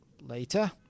later